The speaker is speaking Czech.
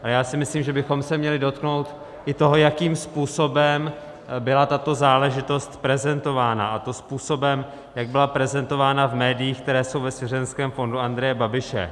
A já si myslím, že bychom se měli dotknout i toho, jakým způsobem byla tato záležitost prezentována, a to způsobem, jak byla prezentována v médiích, které jsou ve svěřenském fondu Andreje Babiše.